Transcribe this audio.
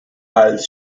als